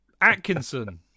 Atkinson